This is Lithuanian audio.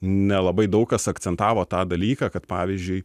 nelabai daug kas akcentavo tą dalyką kad pavyzdžiui